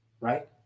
Right